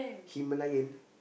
Himalayan